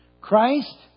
Christ